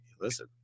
Listen